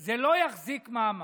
זה לא יחזיק מעמד.